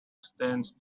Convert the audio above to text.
stands